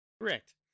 Correct